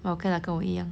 orh okay lah 跟我一样